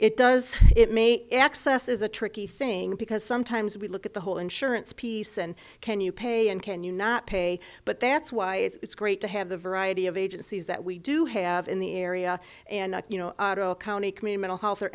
it does it may access is a tricky thing because sometimes we look at the whole insurance piece and can you pay and can you not pay but that's why it's great to have the variety of agencies that we do have in the area and not you know county communal health or